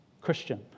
Christian